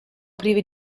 privi